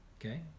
okay